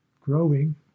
growing